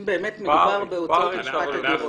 אם באמת מדובר --- הוועדה,